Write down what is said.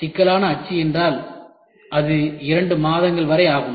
இது ஒரு சிக்கலான அச்சு என்றால் அது இரண்டு மாதங்கள் வரை ஆகும்